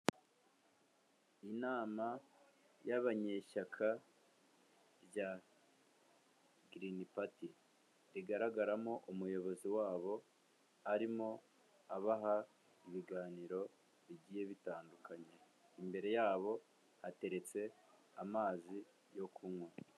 Inama y'abanyeshyaka rya Girini pati rigaragaramo umuyobozi wabo arimo abaha ibiganiro bigiye bitandukanye, imbere yabo hateretse amazi yo kunywa.